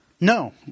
No